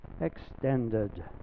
extended